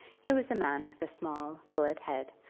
he was a man with a small bullet head,